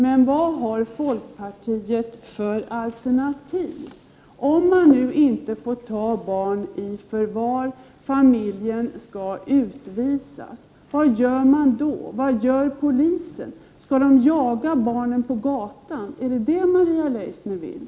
Men vad har folkpartiet för alternativ, om man inte får ta barn i förvar när familjen skall utvisas? Vad gör man då? Vad gör polisen? Skall man jaga barnen på gatan? Är det det Maria Leissner vill?